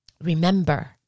remember